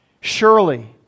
Surely